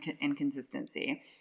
inconsistency